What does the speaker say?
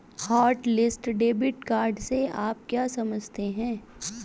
Hotlist debit card से आप क्या समझते हैं?